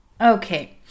okay